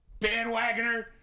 bandwagoner